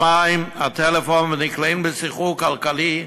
המים, הטלפון, ונקלעות לסחרור כלכלי,